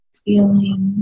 feeling